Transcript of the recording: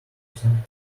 percent